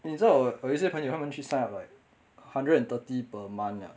eh 你知道我有我有些朋友他们去 sign up like hundred and thirty per month ah